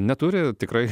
neturi tikrai